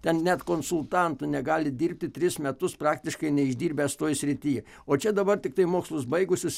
ten net konsultantu negali dirbti tris metus praktiškai neišdirbęs toj srity o čia dabar tiktai mokslus baigusius